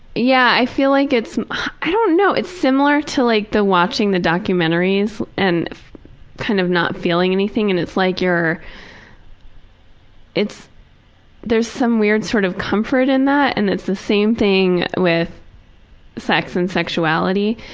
yeah, i feel like it's i don't know. it's similar to like the watching the documentaries, and kind of not feeling anything and it's like you're it's there's some weird sort of comfort in that. and it's the same thing with sex and sexuality.